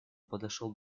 подошел